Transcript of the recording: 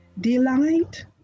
Delight